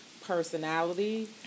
personality